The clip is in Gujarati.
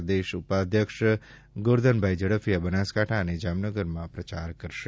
પ્રદેશ ઉપાધ્યક્ષ શ્રી ગોરધનભાઈ ઝડફીયા બનાસકાંઠા જામનગરમાં પ્રચાર કરશે